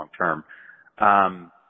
long-term